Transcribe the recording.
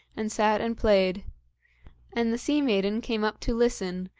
and sat and played and the sea-maiden came up to listen,